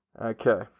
Okay